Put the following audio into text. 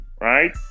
Right